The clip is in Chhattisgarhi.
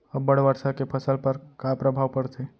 अब्बड़ वर्षा के फसल पर का प्रभाव परथे?